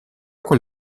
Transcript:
col